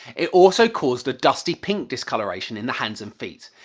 it also caused a dusty pink discolouration in the hands and feet.